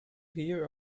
hear